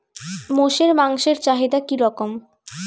মোষের মাংসের চাহিদা কি রকম?